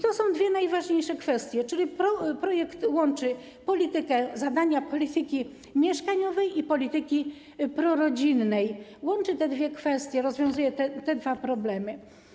To są dwie najważniejsze kwestie, czyli projekt łączy zadania polityki mieszkaniowej i polityki prorodzinnej, łączy te dwie kwestie, rozwiązuje te dwa problemy.